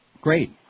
Great